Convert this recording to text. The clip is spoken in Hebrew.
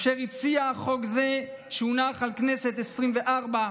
אשר הציע חוק זה, שהונח בכנסת העשרים-וארבע,